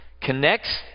connects